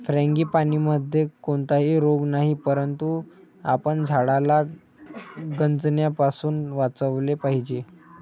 फ्रांगीपानीमध्ये कोणताही रोग नाही, परंतु आपण झाडाला गंजण्यापासून वाचवले पाहिजे